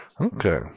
Okay